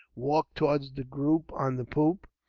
walked towards the group on the poop.